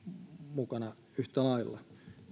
mukana yhtä lailla